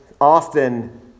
often